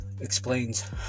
Explains